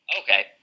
Okay